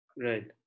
Right